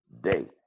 day